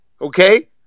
okay